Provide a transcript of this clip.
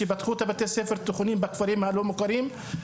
כשפתחו את בתי הספר התיכוניים בכפרים הלא מוכרים,